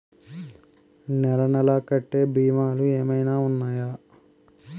నెల నెల కట్టే భీమాలు ఏమైనా ఉన్నాయా?